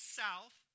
south